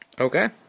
Okay